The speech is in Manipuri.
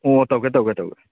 ꯑꯣ ꯇꯧꯒꯦ ꯇꯧꯒꯦ ꯇꯧꯒꯦ